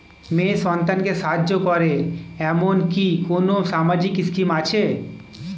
মেয়ে সন্তানকে সাহায্য করে এরকম কি কোনো সামাজিক স্কিম আছে?